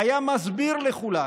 היה מסביר לכולם.